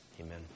Amen